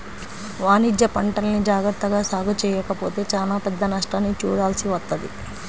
వాణిజ్యపంటల్ని జాగర్తగా సాగు చెయ్యకపోతే చానా పెద్ద నష్టాన్ని చూడాల్సి వత్తది